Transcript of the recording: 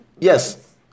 yes